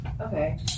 Okay